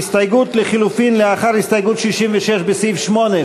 ההסתייגות לחלופין של הסתייגות 66 בסעיף 8,